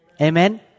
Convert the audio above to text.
Amen